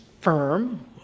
firm